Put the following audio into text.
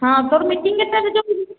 ହଁ ତୋର ମିଟିଙ୍ଗ୍ କେତେଟାରେ